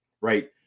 right